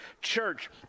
church